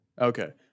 Okay